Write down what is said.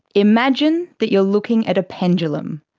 imagine that you are looking at a pendulum,